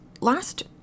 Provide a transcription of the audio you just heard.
last